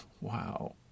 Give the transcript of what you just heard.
Wow